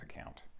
account